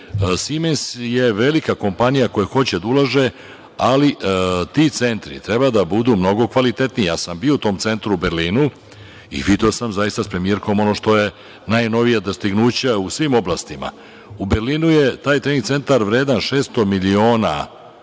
„Simens“ je velika kompanija koja hoće da ulaže, ali ti centri moraju biti mnogo kvalitetniji. Bio sam u tom centru u Berlinu i video sam sa premijerkom onom što su najnovija dostignuća u svim oblastima. U Berlinu je taj trening centar vredan 600 miliona evra.